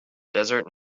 desert